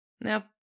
Now